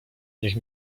niech